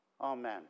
Amen